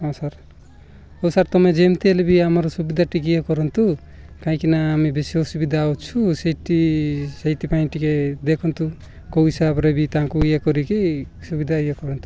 ହଁ ସାର୍ ହଉ ସାର୍ ତୁମେ ଯେମିତି ହେଲେ ବି ଆମର ସୁବିଧା ଟିକିଏ ଇଏ କରନ୍ତୁ କାହିଁକିନା ଆମେ ବେଶୀ ଅସୁବିଧା ଅଛୁ ସେଇଠି ସେଇଥିପାଇଁ ଟିକିଏ ଦେଖନ୍ତୁ କେଉଁ ହିସାବରେ ବି ତାଙ୍କୁ ଇଏ କରିକି ସୁବିଧା ଇଏ କରନ୍ତୁ